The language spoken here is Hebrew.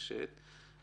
מתממשת החלטת ממשלה.